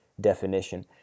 definition